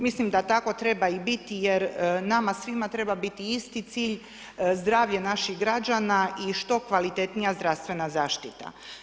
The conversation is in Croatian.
Mislim da tako treba i biti jer nama svima treba biti isti cilj, zdravlje naših građana i što kvalitetnija zdravstvena zaštita.